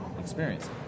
experience